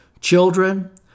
Children